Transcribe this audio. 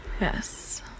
Yes